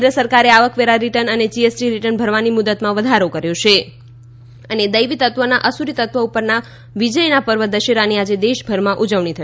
કેન્દ્ર સરકારે આવકવેરા રિટર્ન અને જીએસટી રિટર્ન ભરવાની મુદ્દતમાં વધારો કર્યો છે દૈવીતત્ત્વના અસૂરીતત્વ ઉપરના વિજયના પર્વ દશેરાની આજે દેશભરમાં ઉજવણી થશે